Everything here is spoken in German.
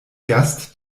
gast